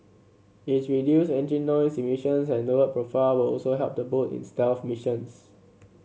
its reduced engine noise emissions and lowered profile will also help the boat in stealth missions